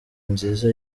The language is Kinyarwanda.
nziza